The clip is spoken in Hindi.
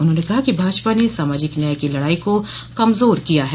उन्होंने कहा कि भाजपा ने सामाजिक न्याय की लड़ाई को कमजोर किया है